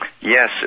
Yes